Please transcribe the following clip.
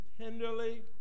tenderly